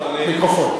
מיקרופון.